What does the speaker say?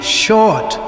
short